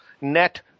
net